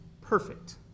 perfect